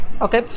okay